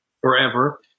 forever